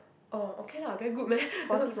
oh okay lah very good meh